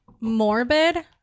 morbid